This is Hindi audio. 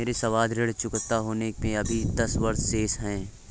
मेरे सावधि ऋण चुकता होने में अभी दस वर्ष शेष है